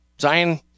Zion